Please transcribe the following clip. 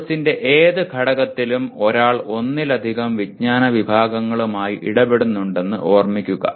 കോഴ്സിന്റെ ഏത് ഘടകത്തിലും ഒരാൾ ഒന്നിലധികം വിജ്ഞാന വിഭാഗങ്ങളുമായി ഇടപെടുന്നുണ്ടെന്ന് ഓർമ്മിക്കുക